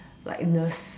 like nurse